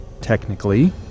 technically